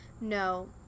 No